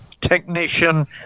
technician